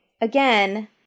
again